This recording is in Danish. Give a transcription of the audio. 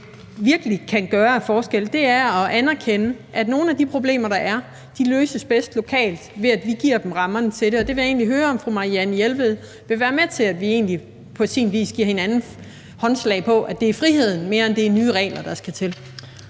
virkelig kan gøre af forskel, er at anerkende, at nogle af de problemer, der er, løses bedst lokalt, ved at vi giver dem rammerne til det. Og jeg vil egentlig høre, om fru Marianne Jelved vil være med til, at vi på sin vis giver hinanden håndslag på, at det er friheden mere end nye regler, der skal til.